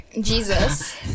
Jesus